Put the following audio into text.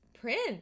Prince